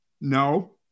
No